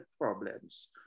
problems